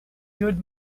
good